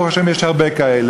ברוך השם יש הרבה כאלה,